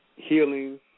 Healing